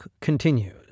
continues